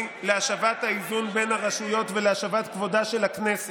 להשבת האיזון בין הרשויות ולהשבת כבודה של הכנסת.